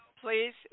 Please